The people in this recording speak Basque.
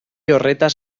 horretaz